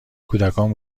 کودکان